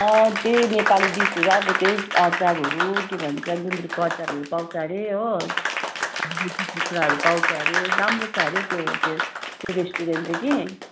छ त्यही नेपाली डिसहरू अब त्यही अचारहरू के भन्छ गुन्द्रुकको अचारहरू पाउँछ हरे हो कुखुराहरू पाउँछ हरे राम्रो छ हरे हौ त्यो त्यो त्यो रेस्टुरेन्ट चाहिँ कि